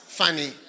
funny